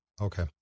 Okay